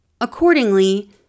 Accordingly